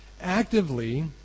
actively